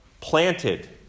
planted